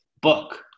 Book